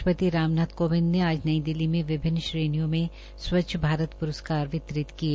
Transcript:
राष्ट्रपति राम नाथ कोविंद ने आज नई दिल्ली में विभिन्न श्रेणियों में स्वच्छ भारत प्रस्कार वितरित किए